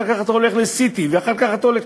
אחר כך אתה הולך ל-CT ואחר כך אתה הולך,